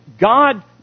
God